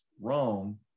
wrong